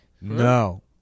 No